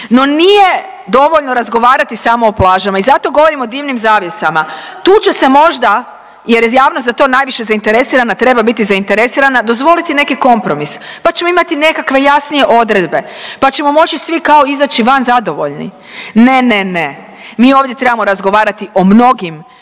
No nije dovoljno razgovarati samo o plažama i zato govorim o dimnim zavjesama, tu će se možda jer je javnost za to najviše zainteresirana, treba biti zainteresirana dozvoliti neki kompromis pa ćemo imati nekakve jasnije odredbe pa ćemo moći svi kao izaći van zadovoljni. Ne, ne, ne mi ovdje trebamo razgovarati o mnogim